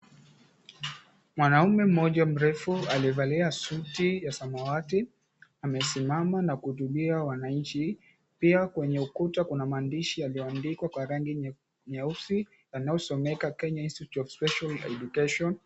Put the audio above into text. Mwanaume mmoja mrefu aliyevalia suti la samawati amesimama na kuhutubia wananchi pia kwenye ukuta kuna maandishi yaliyoandikwa kwa rangi nyeusi yanayosomeka, Kenya Institute of Special Education.